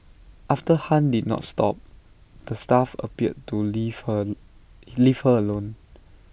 after han did not stop the staff appeared to leave her leave her alone